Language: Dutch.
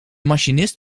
machinist